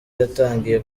yatangiye